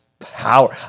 power